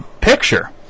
picture